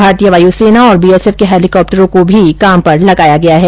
भारतीय वायुसेना और बीएसएफ के हेलिकॉप्टरों को भी काम पर लगाया गया है